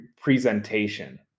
presentation